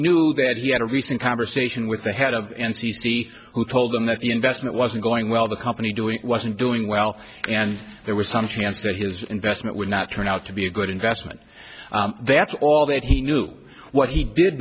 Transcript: knew that he had a recent conversation with the head of n c c who told him that the investment wasn't going well the company doing it wasn't doing well and there was some chance that his investment would not turn out to be a good investment that's all that he knew what he did